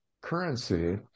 currency